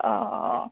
অঁ অঁ